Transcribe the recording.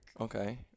Okay